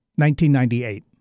1998